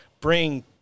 bring